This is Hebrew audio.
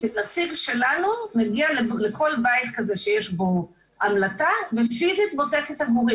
נציג שלנו מגיע לכל בית כזה שיש בו המלטה ופיזית בודק את הגורים.